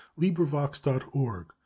LibriVox.org